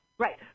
Right